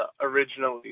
originally